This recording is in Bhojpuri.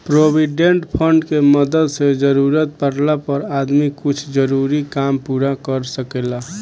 प्रोविडेंट फंड के मदद से जरूरत पाड़ला पर आदमी कुछ जरूरी काम पूरा कर सकेला